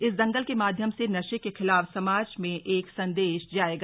इस दंगल के माध्यम से नशे के खिलाफ समाज में एक सन्देश जायेगा